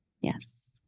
Yes